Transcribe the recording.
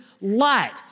light